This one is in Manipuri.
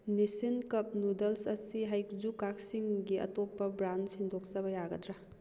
ꯅꯤꯁꯤꯟ ꯀꯞ ꯅꯨꯗꯜꯁ ꯑꯁꯤ ꯍꯩꯖꯨꯀꯥꯛꯁꯤꯡꯒꯤ ꯑꯇꯣꯞꯄ ꯕ꯭ꯔꯥꯟ ꯁꯤꯟꯗꯣꯛꯆꯕ ꯌꯥꯒꯗ꯭ꯔꯥ